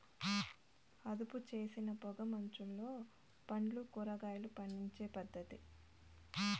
అదుపుచేసిన పొగ మంచులో పండ్లు, కూరగాయలు పండించే పద్ధతి